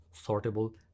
sortable